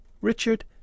richard